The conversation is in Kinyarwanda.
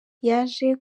yaje